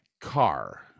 car